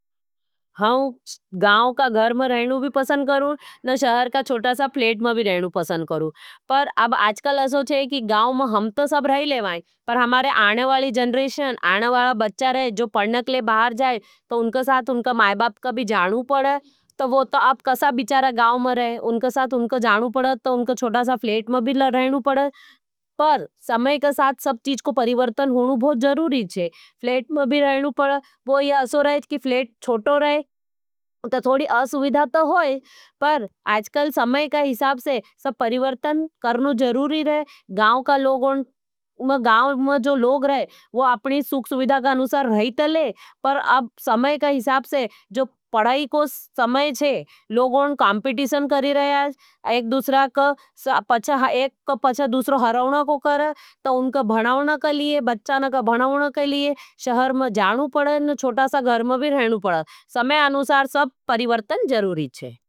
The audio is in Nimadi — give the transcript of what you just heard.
हम गाउं का घर में रहनू भी पसंद करूँ न शहर का चोटासा फ्लेट में भी रहनु पसंद करूँ। पर आजकल असो छे कि गाउं में हम तो सब रह लेवाई पर हमारे आने वाली जन्रेशन, आने वाला बच्चा रहे। जो पड़न कले बाहर जाये तो उनका साथ उनका माई बाप कभी जानू पड़े तो वो ता आप कसा बिचारा गाउं में रहे। उनका साथ उनका जानू पड़े तो उनका चोटासा फ्लेट में भी रहनू पड़े पर समय का हिसाब से सब चीज़ को परिवर्तन हुणू बहुत जरूरी छे। फ्लेट में भी रहनू पड़े वो यह असो रहे है कि फ्लेट छोटो रहे तो थोड़ी असुविधा तो होई पर आजकल समय का हिसाब से सब परिवर्तन करनू जरूरी रहे। गाउ में जो लोग रहे वो आपनी सुख सुविधा का अनूसार रहते ले पर अब समय का हिसाब से जो पढ़ाई को समय छे लोगों काम्पिटीशन करी रहे। आज एक दूसरा का पचे एक का पचे दूसरो हरावना को करे तो उनका भावना का लिए बच्चाना का भनावना का लिए शहर में जानू पड़े। उनने छोटा सा घर में भी रहनू पड़े समय अनूसार सब परिवर्तन जरूरी।